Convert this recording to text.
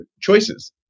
choices